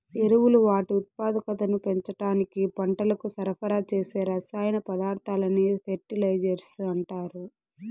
ఎరువులు వాటి ఉత్పాదకతను పెంచడానికి పంటలకు సరఫరా చేసే రసాయన పదార్థాలనే ఫెర్టిలైజర్స్ అంటారు